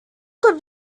good